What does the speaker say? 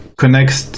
connects,